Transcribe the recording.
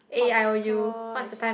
hopscotch